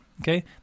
Okay